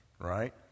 right